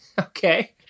Okay